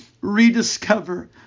Rediscover